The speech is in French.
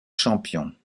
champion